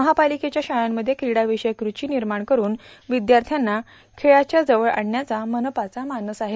महापालिकेव्या शाळांमध्ये क्रीडा विषयक रूवी विर्माण करूव विद्यार्थ्यांना खेळच्या जवळ आणण्याचा मनपाचा मानस आहे